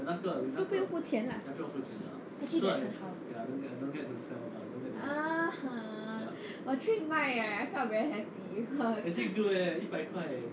so 不用付钱 lah actually 这样好 我去卖 leh I felt very happy